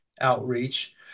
outreach